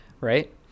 right